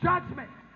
Judgment